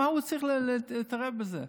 מה הוא צריך להתערב בזה?